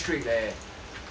how about you